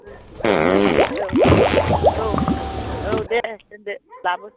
औ औ औ दे दोन्दो लाबो